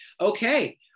okay